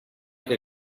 che